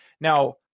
Now